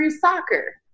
soccer